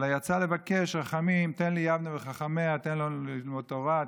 אלא יצא לבקש רחמים: "תן לי יבנה וחכמיה" תן לנו ללמוד תורה,